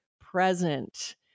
present